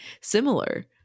similar